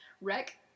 wreck